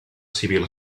civil